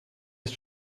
ist